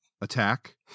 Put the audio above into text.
attack